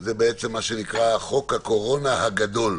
זה מה שנקרא חוק הקורונה הגדול.